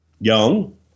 young